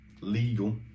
legal